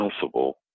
possible